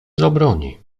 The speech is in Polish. zabroni